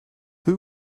who